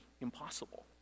impossible